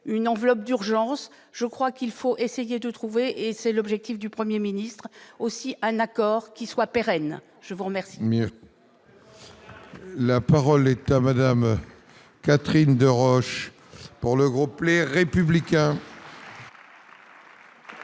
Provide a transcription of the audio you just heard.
de l'enveloppe d'urgence. Je crois qu'il faut aussi essayer de trouver, et c'est l'objectif du Premier ministre, un accord qui soit pérenne. La parole est à Mme Catherine Deroche, pour le groupe Les Républicains.